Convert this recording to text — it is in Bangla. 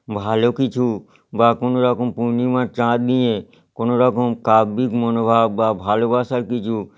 ভালো কিছু বা কোনোরকম পূর্ণিমার চাঁদ নিয়ে কোনোরকম কাব্যিক মনোভাব বা ভালবাসার কিছু